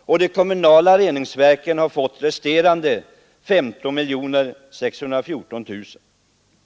och de kommunala reningsverken har fått resterande 15 614 000 kronor.